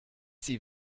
sie